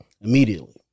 immediately